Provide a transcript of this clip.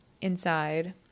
inside